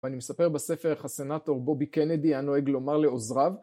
ואני מספר בספר איך הסנאטור בובי קנדי היה נוהג לומר לעוזריו.